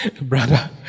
Brother